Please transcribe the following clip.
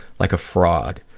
like a fraud,